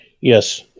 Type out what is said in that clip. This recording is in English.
Yes